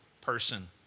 person